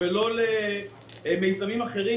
ולא למיזמים אחרים,